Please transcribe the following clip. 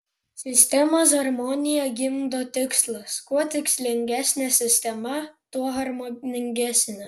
sistemos harmoniją gimdo tikslas kuo tikslingesnė sistema tuo harmoningesnė